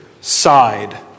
side